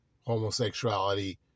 homosexuality